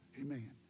Amen